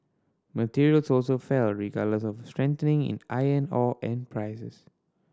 materials also fell regardless of a strengthening in iron ore and prices